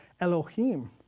Elohim